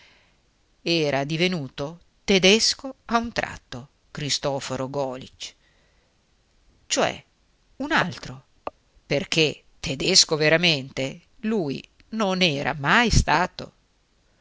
era divenuto tedesco a un tratto cristoforo golisch cioè un altro perché tedesco veramente lui non era mai stato